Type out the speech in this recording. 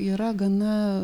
yra gana